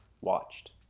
watched